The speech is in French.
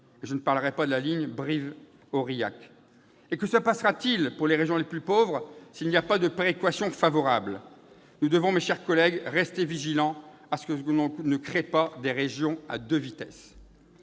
je n'évoquerai pas la ligne Brive-Aurillac ! Que se passera-t-il pour les régions les plus pauvres sans péréquation favorable ? Nous devons, mes chers collègues, rester vigilants à ce qu'on ne crée pas des régions à deux vitesses.